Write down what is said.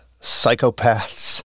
psychopaths